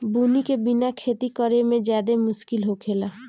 बुनी के बिना खेती करेमे ज्यादे मुस्किल होखेला